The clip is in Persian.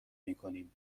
میکنیم